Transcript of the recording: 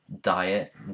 diet